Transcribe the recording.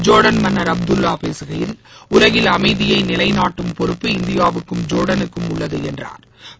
Jordan மன்னா் Abdullah பேசுகையில் உலகில் அமைதியை நிலைநாட்டும் பொறுப்பு இந்தியாவுக்கும் ஜோா்டானுக்கும் உள்ளது என்றாா்